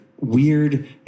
weird